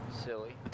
Silly